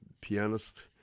pianist